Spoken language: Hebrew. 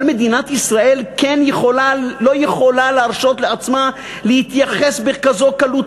אבל מדינת ישראל לא יכולה להרשות לעצמה להתייחס בכזו קלות